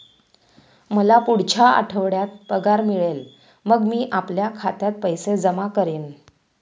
मला पुढच्या आठवड्यात पगार मिळेल मग मी आपल्या खात्यात पैसे जमा करेन